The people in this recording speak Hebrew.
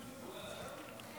בבקשה.